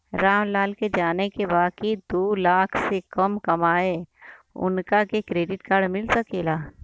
राम लाल के जाने के बा की ऊ दूलाख से कम कमायेन उनका के क्रेडिट कार्ड मिल सके ला?